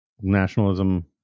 nationalism